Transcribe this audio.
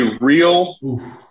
real